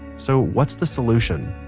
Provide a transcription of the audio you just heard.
so, what's the solution?